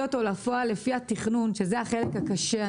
אותו לפועל לפי התכנון שזה החלק הקשה.